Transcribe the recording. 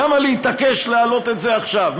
למה להתעקש להעלות את זה עכשיו?